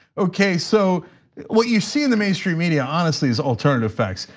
okay, so what you see in the mainstream media honestly is alternative facts.